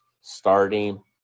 starting